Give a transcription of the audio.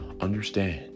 understand